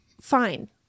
fine